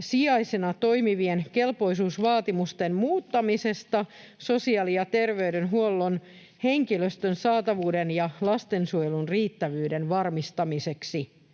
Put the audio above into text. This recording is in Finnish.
sijaisina toimivien kelpoisuusvaatimusten muuttamisesta sosiaali- ja terveydenhuollon henkilöstön saatavuuden ja lastensuojelun riittävyyden varmistamiseksi.